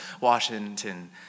Washington